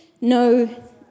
no